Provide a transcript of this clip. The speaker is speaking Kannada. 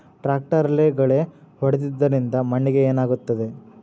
ಟ್ರಾಕ್ಟರ್ಲೆ ಗಳೆ ಹೊಡೆದಿದ್ದರಿಂದ ಮಣ್ಣಿಗೆ ಏನಾಗುತ್ತದೆ?